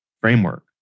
framework